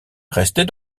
restez